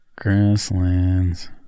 Grasslands